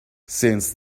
since